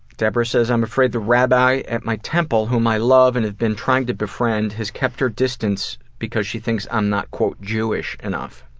debra says i'm afraid the rabbi at my temple, whom i love and have been trying to befriend, has kept her distance because she thinks i'm not jewish enough.